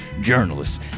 journalists